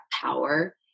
power